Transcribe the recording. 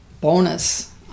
bonus